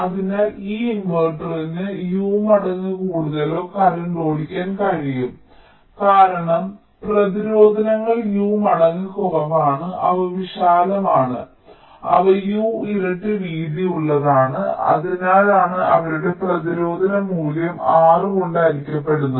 അതിനാൽ ഈ ഇൻവെർട്ടറിന് U മടങ്ങ് കൂടുതലുള്ള കറന്റ് ഓടിക്കാൻ കഴിയും കാരണം പ്രതിരോധങ്ങൾ U മടങ്ങ് കുറവാണ് അവ വിശാലമാണ് അവ U ഇരട്ടി വീതിയുള്ളതാണ് അതിനാലാണ് അവരുടെ പ്രതിരോധ മൂല്യം R കൊണ്ട് ഹരിക്കപ്പെടുന്നത്